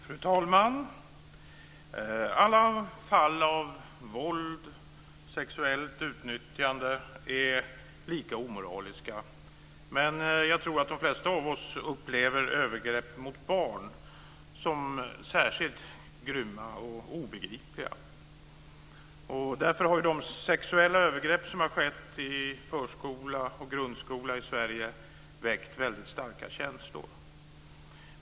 Fru talman! Alla fall av våld och sexuellt utnyttjande är lika omoraliska, men jag tror att de flesta av oss upplever övergrepp mot barn som särskilt grymma och obegripliga. Därför har de sexuella övergrepp som har skett i förskola och grundskola i Sverige väckt väldigt starka känslor.